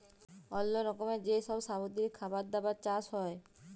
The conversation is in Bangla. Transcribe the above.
অল্লো রকমের যে সব সামুদ্রিক খাবার দাবার চাষ হ্যয়